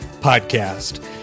Podcast